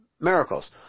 miracles